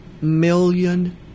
million